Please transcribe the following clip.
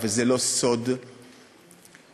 וזה לא סוד שאנחנו,